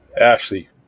Ashley